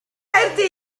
caerdydd